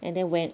and then when